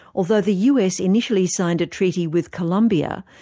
although the us initially signed a treaty with colombia,